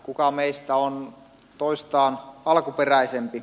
kuka meistä on toistaan alkuperäisempi